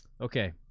Okay